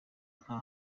nta